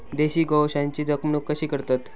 देशी गोवंशाची जपणूक कशी करतत?